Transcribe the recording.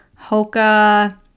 Hoka